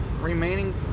remaining